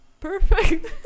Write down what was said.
perfect